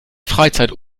freizeit